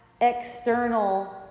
external